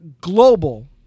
global